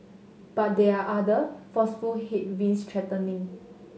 but there are other forceful headwinds threatening